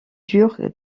dur